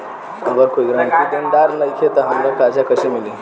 अगर कोई गारंटी देनदार नईखे त हमरा कर्जा कैसे मिली?